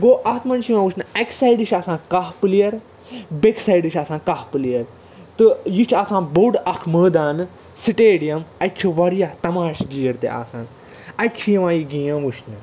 گوٚو اَتھ منٛز چھِ یِوان وُچھنہٕ اَکہِ سایڈٕ چھِ آسان کاہ پُلیر بیٚکہِ سایڈٕ چھِ آسان کاہ پُلیر تہٕ یہِ چھِ آسان بوٚڈ اَکھ مٲدان سِٹیڈیم اَتہِ چھِ واریاہ تماشہٕ گیٖر تہِ آسان اَتہِ چھِ یِوان یہِ گیم وُچھنہٕ